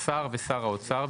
השר ושר האוצר,